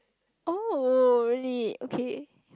oh really okay